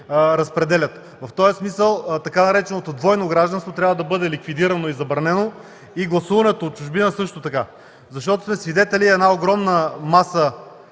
В този смисъл така нареченото „двойно гражданство” трябва да бъде ликвидирано и забранено, и гласуването от чужбина също така, защото сме свидетели как една огромна маса